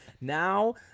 now